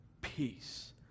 peace